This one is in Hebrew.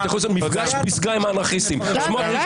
אתה יכול לעשות מפגש פסגה עם אנרכיסטים: סמוטריץ',